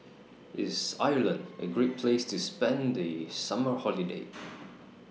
IS Ireland A Great Place to spend The Summer Holiday